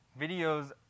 videos